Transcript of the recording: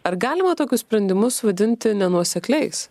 ar galima tokius sprendimus vadinti nenuosekliais